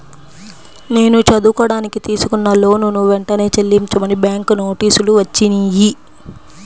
నేను చదువుకోడానికి తీసుకున్న లోనుని వెంటనే చెల్లించమని బ్యాంకు నోటీసులు వచ్చినియ్యి